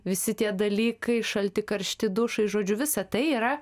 visi tie dalykai šalti karšti dušai žodžiu visa tai yra